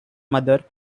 mother